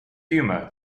humor